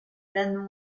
lannoy